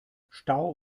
stau